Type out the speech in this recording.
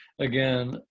again